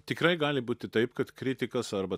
tikrai gali būti taip kad kritikas arba